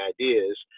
ideas